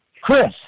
Chris